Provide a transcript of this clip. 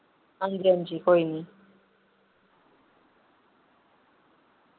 हांजी हांजी कोई निं